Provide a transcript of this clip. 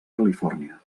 califòrnia